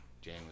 Jane